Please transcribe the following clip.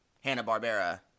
Hanna-Barbera